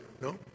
No